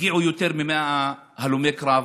הגיעו יותר מ-100 הלומי קרב.